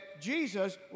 Jesus